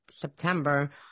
September